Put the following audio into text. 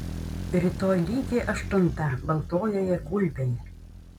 rytoj lygiai aštuntą baltojoje gulbėje